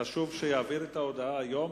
חשוב שיעביר את ההודעה היום,